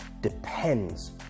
depends